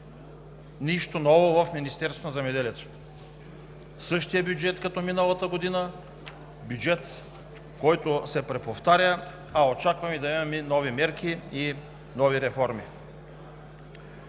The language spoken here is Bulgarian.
нищо ново в Министерството. Същият бюджет, като миналата година – бюджет, който се преповтаря, а очакваме да имаме нови мерки и нови реформи.